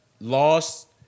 lost